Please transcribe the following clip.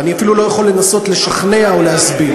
ואני אפילו לא יכול לנסות לשכנע או להסביר.